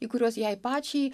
į kuriuos jai pačiai